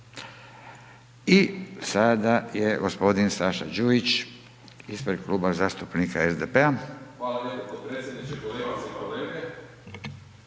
I sada je gospodin Saša Đujić ispred Kluba zastupnika SDP-a.